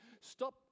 stop